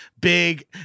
big